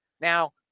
now